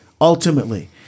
Ultimately